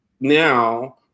now